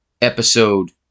episode